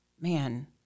man